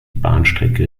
bahnstrecke